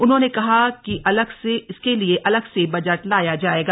उन्होंने कहा कि के लिए अलग से बजट लाया जाएगा